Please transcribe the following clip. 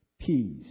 peace